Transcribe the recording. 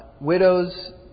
widows